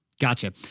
Gotcha